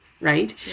right